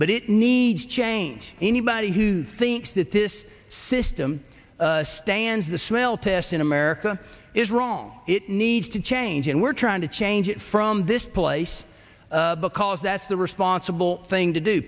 but it needs change anybody who thinks that this system stands the smell test in america is wrong it needs to change and we're trying to change it from this place because that's the responsible thing to do